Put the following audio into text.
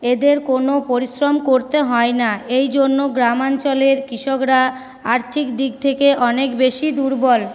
এদের কোনো পরিশ্রম করতে হয় না এই জন্য গ্রাম অঞ্চলের কৃষকরা আর্থিক দিক থেকে অনেক বেশি দুর্বল